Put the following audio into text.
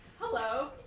Hello